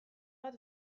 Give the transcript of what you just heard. bat